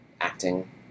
acting